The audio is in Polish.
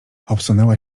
obsunęła